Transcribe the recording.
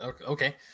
Okay